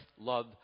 love